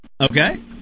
Okay